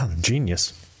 Genius